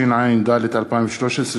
התשע"ד 2013,